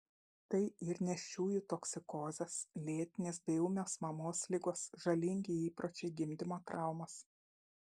tai ir nėščiųjų toksikozės lėtinės bei ūmios mamos ligos žalingi įpročiai gimdymo traumos